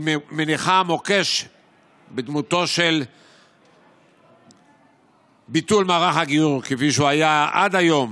היא מניחה מוקש בדמותו של ביטול מערך הגיור כפי שהוא היה עד היום,